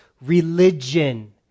religion